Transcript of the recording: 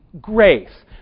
grace